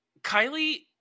Kylie